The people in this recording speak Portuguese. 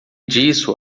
disso